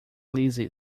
lizzie